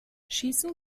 schießen